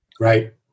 Right